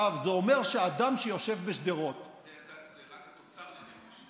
זה אומר שאדם שיושב בשדרות, זה רק התוצר לנפש.